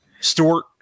Stewart